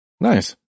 Nice